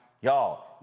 Y'all